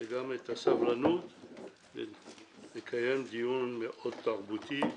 וגם את הסבלנות לקיים דיון מאוד תרבותי.